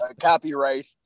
copyright